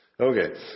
Okay